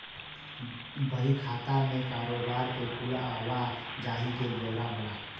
बही खाता मे कारोबार के कुल आवा जाही के ब्योरा होला